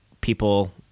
people